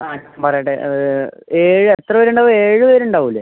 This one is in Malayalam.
ആ പറയട്ടെ അത് ഏഴ് എത്ര പേരുണ്ടാകും ഏഴ് പേർ ഉണ്ടാകൂലെ